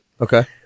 Okay